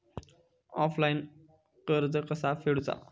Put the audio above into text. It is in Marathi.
ऑफलाईन कर्ज कसा फेडूचा?